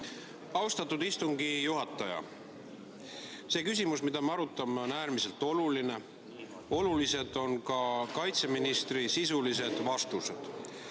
Austatud istungi juhataja! See küsimus, mida me arutame, on äärmiselt oluline. Olulised on ka kaitseministri sisulised vastused.